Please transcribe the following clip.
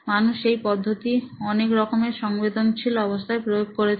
মানুষ এই পদ্ধতি অনেক রকমের সংবেদনশীল অবস্থায় প্রয়োগ করেছেন